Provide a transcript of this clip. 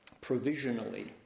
Provisionally